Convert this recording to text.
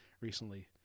recently